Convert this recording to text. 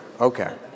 Okay